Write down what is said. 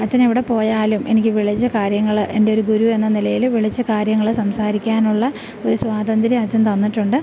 അച്ഛൻ എവിടെപ്പോയാലും എനിക്ക് വിളിച്ച് കാര്യങ്ങൾ എൻ്റെ ഒരു ഗുരു എന്ന നിലയിൽ വിളിച്ച് കാര്യങ്ങൾ സംസാരിക്കാനുള്ള ഒരു സ്വാതന്ത്ര്യം അച്ഛൻ തന്നിട്ടുണ്ട്